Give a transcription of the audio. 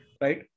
Right